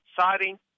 siding